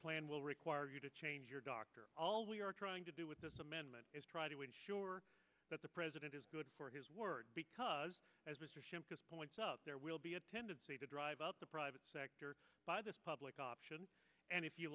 plan will require you to change your doctor all we are trying to do with this amendment is try to ensure that the president is good for his word because as mr shimkus points up there will be a tendency to drive out the private sector by this public option and if you